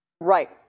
Right